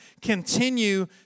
continue